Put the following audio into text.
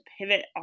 pivot